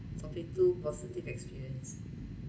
oh some faithful positive experience